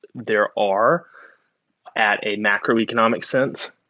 there are at a macroeconomic sense.